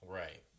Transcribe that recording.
right